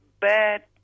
bad